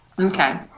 Okay